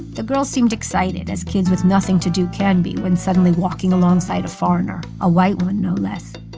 the girls seemed excited, as kids with nothing to do can be when suddenly walking alongside a foreigner a white one, no less.